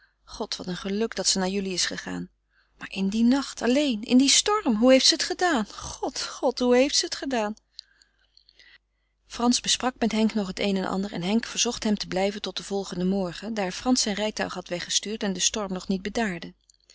god wat een geluk dat ze naar jullie is gegaan maar in dien nacht alleen in dien storm hoe heeft ze het gedaan god god hoe heeft ze het gedaan frans besprak met henk nog het een en ander en henk verzocht hem te blijven tot den volgenden morgen daar frans zijn rijtuig had weggestuurd en de storm nog niet bedaarde